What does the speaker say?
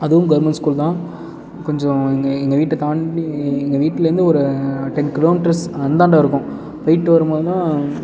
அதுவும் government school தான் கொஞ்சம் எங்கள் எங்கள் வீட்டை தாண்டி எங்கள் வீட்டுலேந்து ஒரு டென் கிலோமீட்டர்ஸ் அந்தாண்ட இருக்கும் போயிட்டு வரும் போதெலாம்